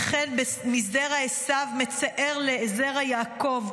וכן זרע עשו מצער לזרע יעקב,